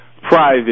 Private